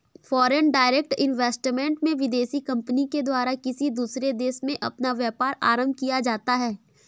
foreign direct investment में विदेशी company के द्वारा किसी दूसरे देश में अपना व्यापार आरंभ किया जाता है